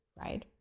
right